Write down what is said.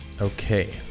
Okay